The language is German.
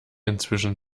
inzwischen